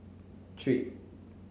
three